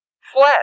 fled